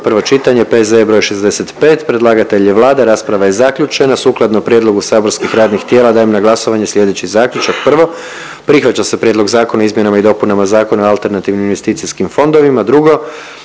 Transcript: prvo čitanje, P.Z.E. broj 66. Predlagatelj je Vlada, rasprava je zaključena. Sukladno prijedlogu saborskih radnih tijela dajem na glasovanje slijedeći zaključak. Prvo, prihvaća se Prijedlog Zakona o izmjenama i dopunama Zakona o osiguranju i drugo,